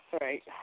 Right